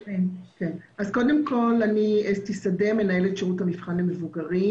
אני מנהלת שירות המבחן למבוגרים.